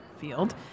field